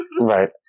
Right